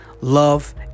Love